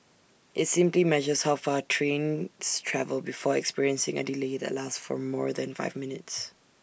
IT simply measures how far trains travel before experiencing A delay that lasts for more than five minutes